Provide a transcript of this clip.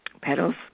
petals